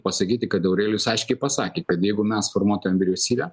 pasakyti kad aurelijus aiškiai pasakė kad jeigu mes formuotumėm vyriausybę